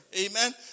amen